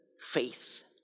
faith